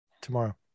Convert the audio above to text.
tomorrow